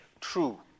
true